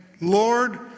Lord